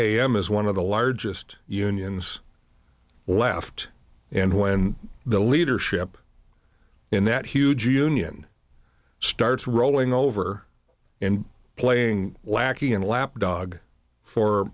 am is one of the largest unions left and when the leadership in that huge union starts rolling over and playing lackey and lapdog for